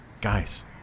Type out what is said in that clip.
guys